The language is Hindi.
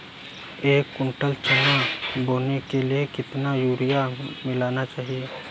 एक कुंटल चना बोने के लिए कितना यूरिया मिलाना चाहिये?